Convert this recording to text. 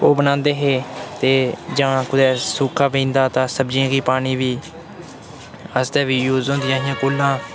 ओह् बनान्दे हे जां कुदै सुका पेई जंदा हा सब्जियें गी पानी बी आस्तै बी यूज़ होंदियां हियां कूलां